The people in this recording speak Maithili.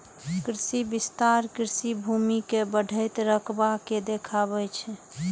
कृषि विस्तार कृषि भूमि के बढ़ैत रकबा के देखाबै छै